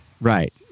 Right